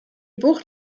bucht